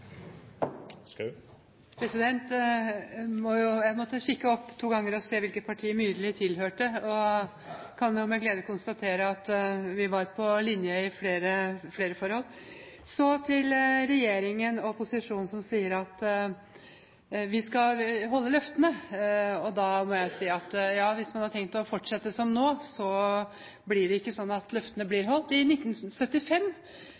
Jeg måtte kikke opp to ganger for å se hvilket parti Myrli tilhører, og kan med glede konstatere at vi var på linje i flere forhold. Så til regjeringen og posisjonen som sier at de skal holde løftene. Hvis man har tenkt å fortsette som nå, blir jo ikke løftene holdt. I 1975 gikk toget fra Askim til Oslo fem minutter raskere enn det gjør i 2010, og det har ikke